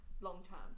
long-term